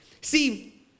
See